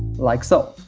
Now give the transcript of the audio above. like so.